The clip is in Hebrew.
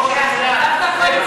ראש הממשלה ---?